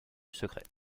secret